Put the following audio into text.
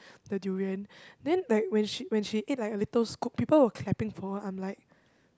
the durian then like when she when she ate like a little scoop people were clapping for her I'm like